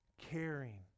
caring